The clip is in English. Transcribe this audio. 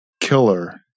killer